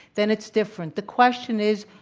then it's different. the question is,